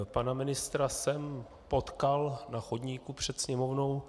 Pana ministra jsem potkal na chodníku před Sněmovnou.